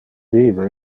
vive